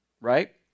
right